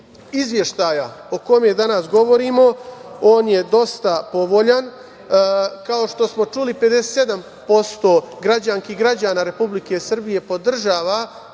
Izveštaja o kojem danas govorimo, on je dosta povoljan. Kao što smo čuli, 57% građanki i građana Republike Srbije podržava